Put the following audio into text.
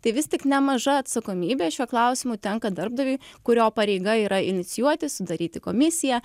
tai vis tik nemaža atsakomybė šiuo klausimu tenka darbdaviui kurio pareiga yra inicijuoti sudaryti komisiją